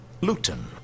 Luton